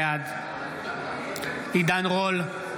בעד עידן רול,